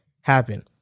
happen